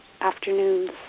afternoons